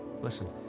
Listen